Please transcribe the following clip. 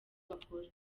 bakora